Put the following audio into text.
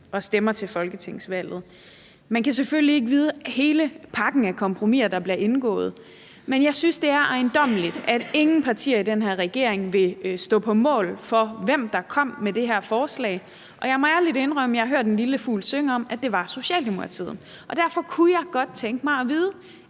de stemmer til folketingsvalget. Man kan selvfølgelig ikke kende hele pakken af kompromiser, der bliver indgået, men jeg synes, det er ejendommeligt, at ingen partier i den her regering vil stå på mål for, hvem der kom med det her forslag. Og jeg må ærligt indrømme, at jeg har hørt en lille fugl synge om, at det var Socialdemokratiet. Derfor kunne jeg godt tænke mig at vide: